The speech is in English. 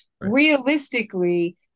realistically